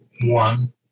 one